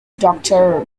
doctor